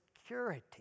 security